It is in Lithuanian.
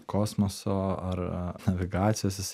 kosmoso ar navigacijos jisai